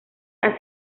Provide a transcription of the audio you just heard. han